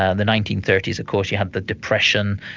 ah the nineteen thirty s, of course, you had the depression,